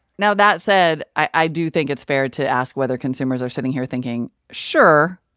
now, that said, i do think it's fair to ask whether consumers are sitting here thinking, sure.